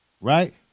right